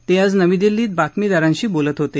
ते आज नवी दिल्लीत बातमीदारांशी बोलत होते